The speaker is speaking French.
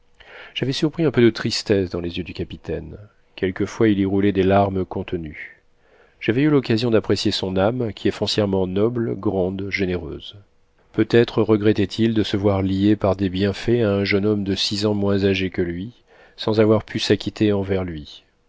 j'avais surpris un peu de tristesse dans les yeux du capitaine quelquefois il y roulait des larmes contenues j'avais eu l'occasion d'apprécier son âme qui est foncièrement noble grande généreuse peut-être regrettait il de se voir lié par des bienfaits à un jeune homme de six ans moins âgé que lui sans avoir pu s'acquitter envers lui